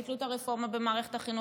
ביטלו את הרפורמה במערכת החינוך,